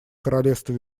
королевства